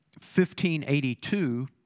1582